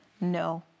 no